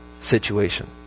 situation